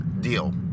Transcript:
deal